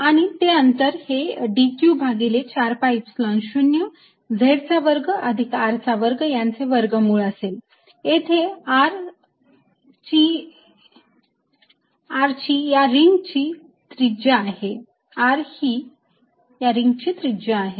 आणि ते अंतर हे dq भागिले 4 pi Epsilon 0 z चा वर्ग अधिक r चा वर्ग यांचे वर्गमूळ असेल येथे r हि या रिंगची त्रिज्या आहे